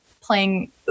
playing